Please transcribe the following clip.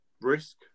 Risk